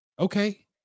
Okay